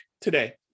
today